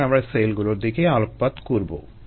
সুতরাং আমরা সেলগুলোর দিকেই আলোকপাত করবো